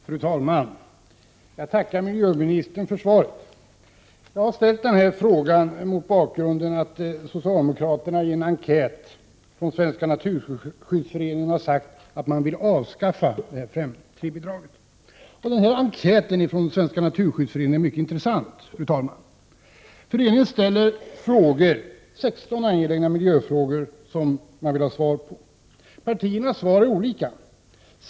Fru talman! Jag tackar miljöministern för svaret. Jag har ställt frågan mot bakgrund av att socialdemokraterna i en enkät från Svenska naturskyddsföreningen har sagt att de vill avskaffa 5:3-bidraget. Enkäten är mycket intressant. Föreningen ställer 16 angelägna miljöfrågor. Partiernas svar är olika.